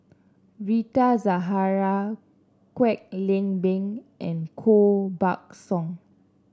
Rita Zahara Kwek Leng Beng and Koh Buck Song